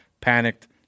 panicked